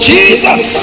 Jesus